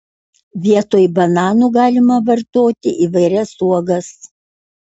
vietoj bananų galima vartoti įvairias uogas